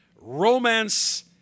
romance